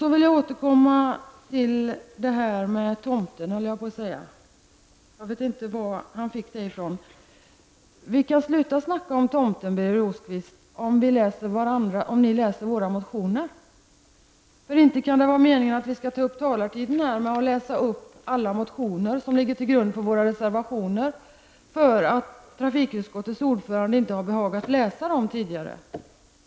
Jag vill återkomma till frågan om tomten. Jag vet inte hur Birger Rosqvist kom in på honom. Vi kan sluta att tala om tomten, Birger Rosqvist, om ni läser våra motioner. Det kan inte vara meningen att vi skall ta upp taletiden här med att läsa upp alla de motioner som ligger till grund för våra reservationer, bara därför att trafikutskottets ordförande inte har behagat läsa dem tidigare.